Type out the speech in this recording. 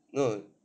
no